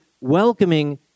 welcoming